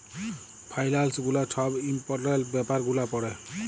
ফাইলালস গুলা ছব ইম্পর্টেলট ব্যাপার গুলা পড়ে